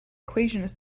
equations